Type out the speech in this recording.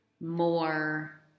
more